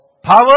Power